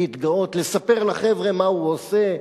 להתגאות, לספר לחבר'ה מה הוא עושה,